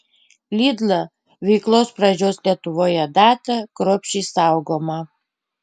lidl veiklos pradžios lietuvoje data kruopščiai saugoma